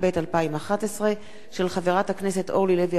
של חברת הכנסת אורלי לוי אבקסיס וקבוצת חברי הכנסת.